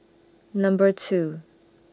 Number two